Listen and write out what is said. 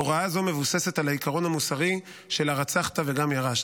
הוראה זו מבוססת על העיקרון המוסרי של הרצחת וגם ירשת.